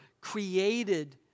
created